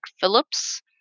Phillips